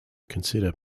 consider